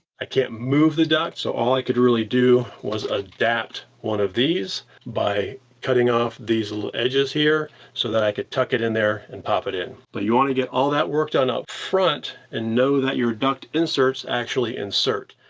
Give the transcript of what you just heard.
i can't move the duct, so all i could really do was adapt one of these by cutting off these little edges here so that i could tuck it in there and pop it in. but you wanna get all that work done up front and know that your duct inserts actually insert.